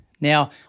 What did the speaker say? Now